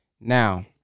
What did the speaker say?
Now